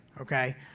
okay